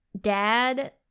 dad